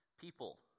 people